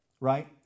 right